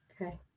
Okay